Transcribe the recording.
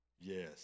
Yes